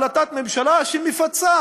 החלטת ממשלה שמפצה